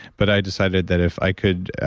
but i decided that if i could.